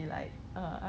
but then hor